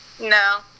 No